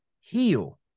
heal